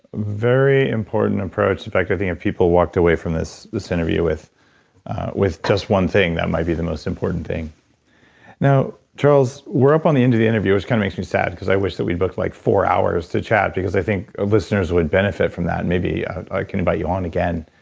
very important approach. in fact, i think if and people walked away from this this interview with with just one thing, that might be the most important thing now charles, we're up on the end of the interview, which kind of makes me sad because i wish that we'd booked like four hours to chat, because i think listeners would benefit from that, and maybe i can invite you on again